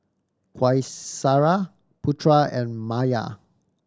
Qaisara Putra and Maya